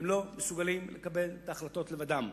הם לא מסוגלים לקבל את ההחלטות לבדם,